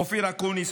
אופיר אקוניס,